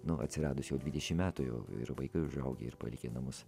nu atsiradus jau dvidešimt metų jau ir vaikai užaugę ir palikę namus